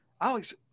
alex